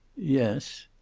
yes.